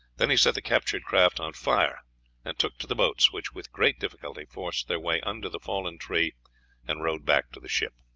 then he set the captured craft on fire and took to the boats, which with great difficulty forced their way under the fallen tree and rowed back to the ship.